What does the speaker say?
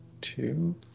two